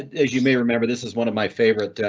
as you may remember, this is one of my favorite.